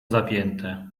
zapięte